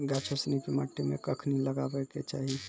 गाछो सिनी के मट्टी मे कखनी लगाबै के चाहि?